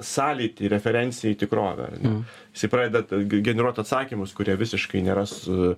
sąlytį referenciją į tikrovę ar ne jisai pradeda g generuot atsakymus kurie visiškai nėra su